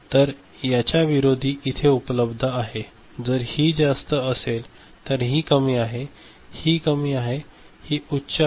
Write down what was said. तर याच्या विरोधी इथे उपलब्ध आहेत जर हि जास्त असेल तर ही कमी आहे ही कमी आहे ही उच्च आहे